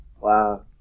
Wow